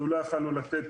אנחנו לא יכולנו לתת.